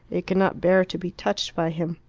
it could not bear to be touched by him.